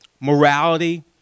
morality